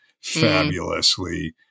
fabulously